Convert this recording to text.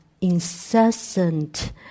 incessant